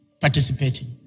participating